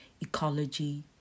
ecology